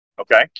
Okay